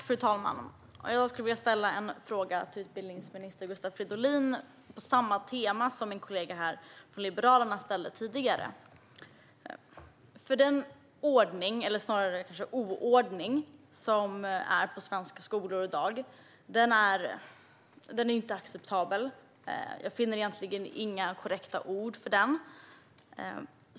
Fru talman! Jag skulle vilja ställa en fråga till utbildningsminister Gustav Fridolin på samma tema som min kollega från Liberalerna ställde tidigare. Den ordning, eller snarare oordning, som råder på svenska skolor i dag är inte acceptabel. Jag finner egentligen inget korrekt ord.